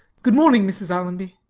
good morning, mrs. allonby.